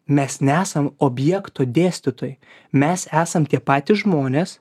mes neesam objekto dėstytojai mes esam tie patys žmonės